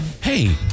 Hey